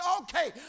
okay